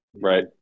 right